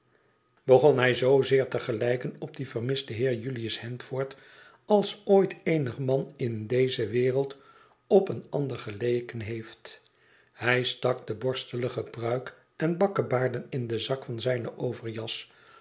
begon hij zoo zeer te gelijken op dien vermisten heer julius handford als nooit eenig man in deze wereld op een ander geleken heeft hij stak de borstelige pruik en bakkebaarden in den zak van zijne overjas